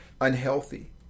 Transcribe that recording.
unhealthy